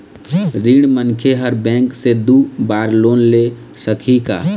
ऋणी मनखे हर बैंक से दो बार लोन ले सकही का?